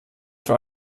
für